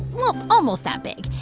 well, almost that big.